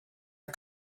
are